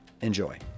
Enjoy